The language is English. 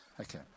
Okay